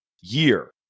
year